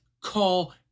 call